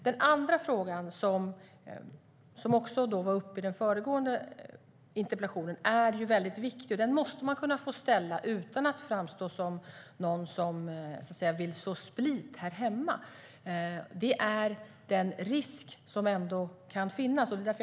Den andra frågan, som också var uppe i den föregående interpellationsdebatten, är väldigt viktig, och den måste man kunna få ställa utan att framstå som någon som vill så split här hemma. Det handlar om den risk som kan finnas.